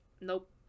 Nope